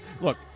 Look